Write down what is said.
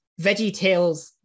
VeggieTales